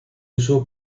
uso